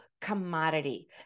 commodity